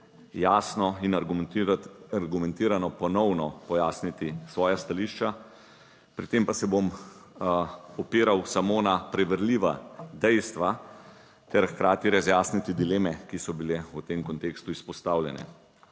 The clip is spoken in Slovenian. jasno in argumentirano ponovno pojasniti svoja stališča, pri tem pa se bom opiral samo na preverljiva dejstva ter hkrati razjasniti dileme, ki so bile v tem kontekstu izpostavljene.